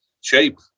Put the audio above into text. shape